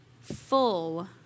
Full